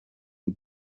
you